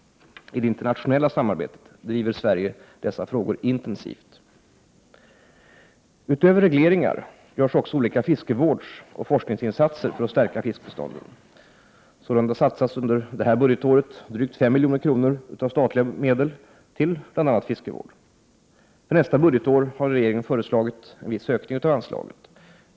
I det internationella samarbetet driver Sverige dessa frågor intensivt. Utöver regleringar görs också olika fiskevårdsoch forskningsinsatser för att stärka fiskbestånden. Sålunda satsas under innevarande budgetår drygt 5 milj.kr. av statliga medel till bl.a. fiskevård. För nästa budgetår har regeringen föreslagit en viss ökning av anslaget.